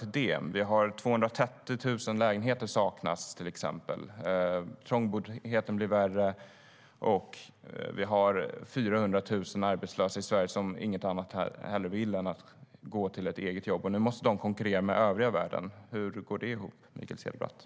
Till exempel saknas 230 000 lägenheter. Trångboddheten blir värre. Och vi har 400 000 arbetslösa i Sverige som inget annat vill än att gå till ett eget jobb. Nu måste de konkurrera med övriga världen. Hur går det ihop, Mikael Cederbratt?